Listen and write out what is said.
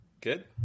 Good